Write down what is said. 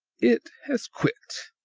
it has quit!